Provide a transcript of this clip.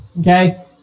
Okay